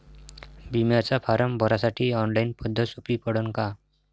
बिम्याचा फारम भरासाठी ऑनलाईन पद्धत सोपी पडन का?